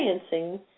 experiencing